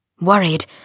Worried